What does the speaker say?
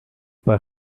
para